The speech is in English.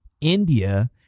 india